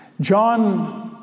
John